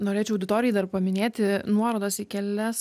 norėčiau auditorijai dar paminėti nuorodas į kelias